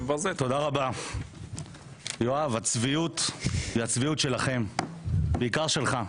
יואב, הצביעות היא הצביעות שלכם ובעיקר שלך.